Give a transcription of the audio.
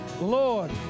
Lord